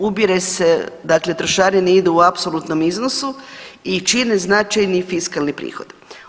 Ubire se, dakle trošarine idu u apsolutnom iznosu i čine značajni fiskalni prihod.